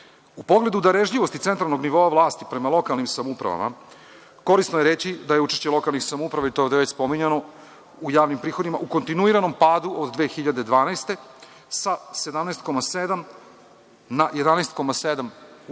pogledu darežljivosti centralnog nivoa vlasti prema lokalnim samoupravama korisno je reći da je učešće lokalnih samouprava, to je ovde već spominjano, u javnim prihodima u kontinuiranom padu od 2012. godine sa 17,7 na 11,7 u 2015.